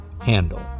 handle